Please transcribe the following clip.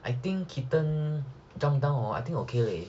I think kitten jump down hor I think okay leh